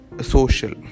social